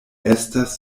estas